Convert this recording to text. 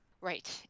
Right